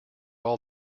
all